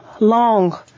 long